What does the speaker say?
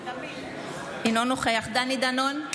אינו נוכח דני דנון,